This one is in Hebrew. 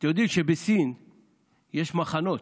אתם יודעים שבסין יש מחנות.